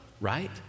right